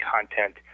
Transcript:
content